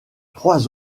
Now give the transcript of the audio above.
trois